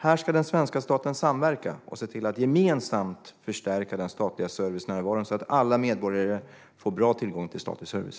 Här ska den svenska staten samverka och se till att gemensamt förstärka den statliga servicenärvaron så att alla medborgare får bra tillgång till statlig service.